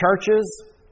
churches